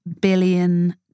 billion